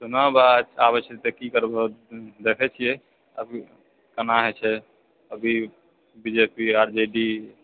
चुनाउ बा आबै छै तऽ की करबहो देखै छऐ अभी केना होइ छै अभी B J P R J D